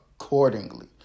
accordingly